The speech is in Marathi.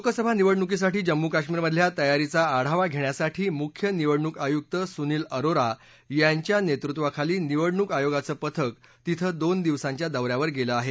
लोकसभा निवडणुकीसाठी जम्मू कश्मीरमधल्या तयारीचा आढावा घेण्यासाठी मुख्य निवडणूक आयुक्त सुनील अरोरा यांच्या नेतृत्वाखाली निवडणूक आयोगाचं पथक तिथं दोन दिवसांच्या दौ यावर गेलं आहे